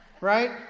Right